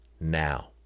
now